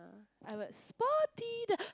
I was Spotty the